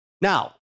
Now